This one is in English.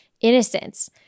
innocence